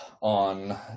on